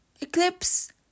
eclipse